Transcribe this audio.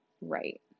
right